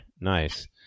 nice